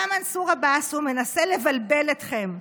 בא מנסור עבאס ומנסה לבלבל אתכם.